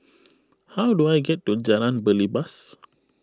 how do I get to Jalan Belibas